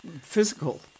physical